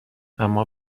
اما